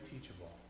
teachable